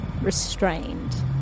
restrained